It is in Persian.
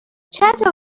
چندتا